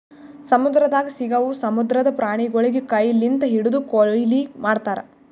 ಸಮುದ್ರದಾಗ್ ಸಿಗವು ಸಮುದ್ರದ ಪ್ರಾಣಿಗೊಳಿಗ್ ಕೈ ಲಿಂತ್ ಹಿಡ್ದು ಕೊಯ್ಲಿ ಮಾಡ್ತಾರ್